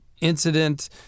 incident